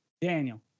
daniel